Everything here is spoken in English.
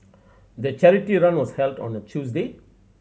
the charity run was held on a Tuesday